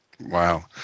Wow